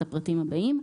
את הפרטים הבאים: